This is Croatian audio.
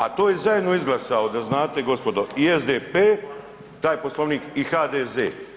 A to je zajedno izglasao da znate gospodo i SDP taj Poslovnik i HDZ.